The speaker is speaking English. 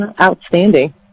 Outstanding